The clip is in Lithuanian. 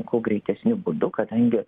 kuo greitesniu būdu kadangi